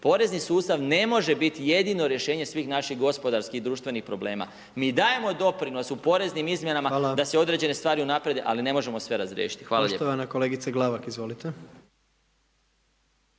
porezni sustav ne može biti jedino rješenje svih naših gospodarskih i društvenih problema. Mi dajemo doprinos u poreznim izmjenama da se određene stvari unaprijede, ali ne možemo sve razriješiti. Hvala lijepo.